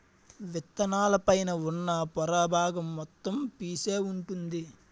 విత్తనాల పైన ఉన్న పొర బాగం మొత్తం పీసే వుంటుంది